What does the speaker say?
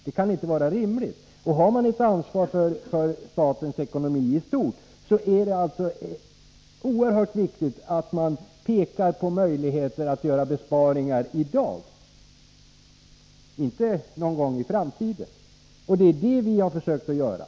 Det kan inte vara rimligt, och har man ett ansvar för statens ekonomi i stort är det alltså oerhört viktigt att man pekar på möjligheter att göra besparingar i dag, inte någon gång i framtiden. Det är detta vi har försökt göra.